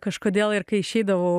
kažkodėl ir kai išeidavau